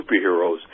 Superheroes